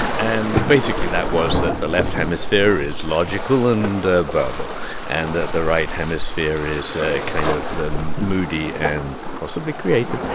and basically, that was that the left hemisphere is logical and ah verbal and the the right hemisphere is ah kind of moody and possibly creative.